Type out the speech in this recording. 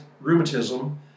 rheumatism